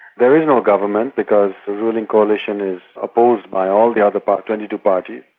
there is no government because the ruling coalition is opposed by all the other but twenty two parties.